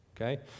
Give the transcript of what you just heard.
okay